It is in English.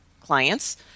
clients